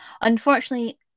Unfortunately